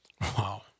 Wow